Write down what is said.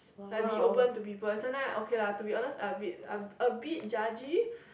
like be open to people sometimes okay lah to be honest I a bit a bit judge